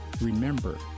remember